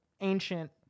ancient